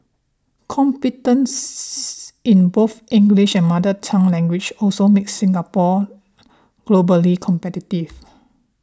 competence in both English and mother tongue languages also makes Singapore globally competitive